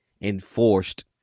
enforced